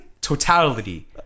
totality